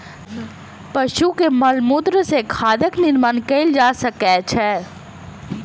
पशु के मलमूत्र सॅ खादक निर्माण कयल जा सकै छै